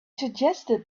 suggested